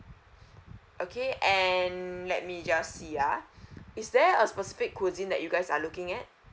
okay and let me just see ah is there a specific cuisine that you guys are looking at